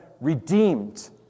redeemed